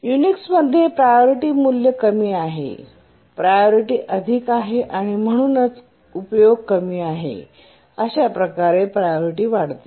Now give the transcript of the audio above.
Unix मध्ये priority मूल्य कमी आहे प्रायोरिटी अधिक आहे आणि म्हणूनच उपयोग कमी आहे आणि अशा प्रकारे प्रायोरिटी वाढते